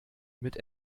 mit